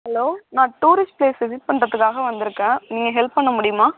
hello நான் tourist place visit பண்ணுறதுக்காக வந்துருக்கேன் நீங்கள் ஹெல்ப் பண்ண முடியுமா